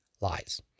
lies